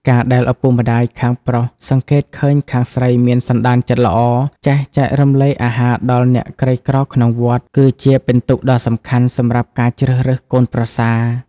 ការដែលឪពុកម្ដាយខាងប្រុសសង្កេតឃើញខាងស្រីមានសន្តានចិត្តល្អ ចេះចែករំលែកអាហារដល់អ្នកក្រីក្រក្នុងវត្ត គឺជាពិន្ទុដ៏សំខាន់សម្រាប់ការជ្រើសរើសកូនប្រសា។